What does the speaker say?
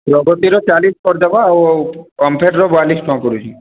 ପ୍ରଗତିର ଚାଳିଶ କରିଯିବା ଆଉ ଓମଫେଡର ବୟାଳିଶ ଟଙ୍କା ପଡୁଛି